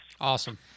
Awesome